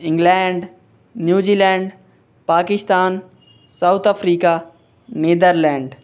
England New Zealand Pakistan South Africa Netherlands